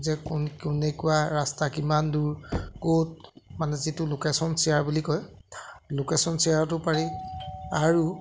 যে কোন কেনেকুৱা ৰাস্তা কিমান দূৰ ক'ত মানে যিটো লোকেশ্যন শ্বেয়াৰ বুলি কয় লোকেশ্যন শ্বেয়াৰতো পাৰি আৰু